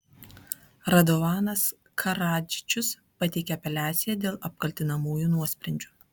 radovanas karadžičius pateikė apeliaciją dėl apkaltinamųjų nuosprendžių